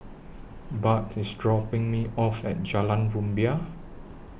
Bart IS dropping Me off At Jalan Rumbia